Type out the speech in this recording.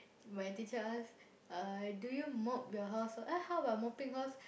my teacher ask uh do you mop your house uh how about mopping house